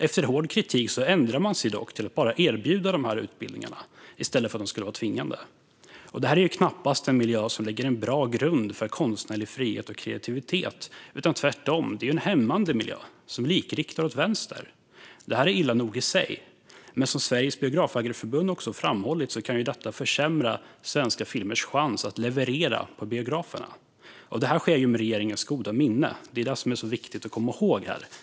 Efter hård kritik ändrade man sig dock till att dessa utbildningar bara ska erbjudas i stället för att vara tvingande. Det är ju knappast en miljö som lägger en bra grund för konstnärlig frihet och kreativitet. Tvärtom är det en hämmande miljö som likriktar åt vänster. Detta är illa nog i sig, men som Sveriges Biografägareförbund framhållit kan det också försämra svenska filmers chans att leverera på biograferna. Detta sker med regeringens goda minne. Det är det som är så viktigt att komma ihåg.